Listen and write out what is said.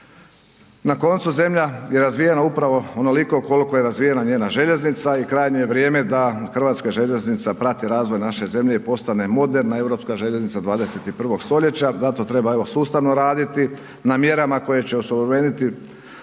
Na koncu, zemlja je razvijena upravo onoliko koliko je razvijena njena željeznica i krajnje je vrijeme da hrvatska željeznica prati razvoj naše zemlje i postane moderna europska željeznica 21. stoljeća zato treba evo sustavno raditi na mjerama koje će osuvremeniti